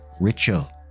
ritual